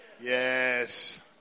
Yes